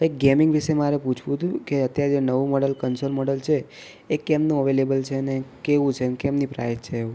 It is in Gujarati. કંઇક ગેમિંગ વિષે મારે પૂછવું હતું કે અત્યારે નવું મોડલ કન્સોલ મોડલ છે એ કેમનું અવેલેબલ છે ને કેવું છે ને કેમની પ્રાઇજ છે